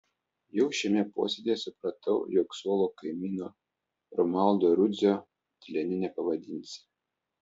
jau šiame posėdyje supratau jog suolo kaimyno romualdo rudzio tyleniu nepavadinsi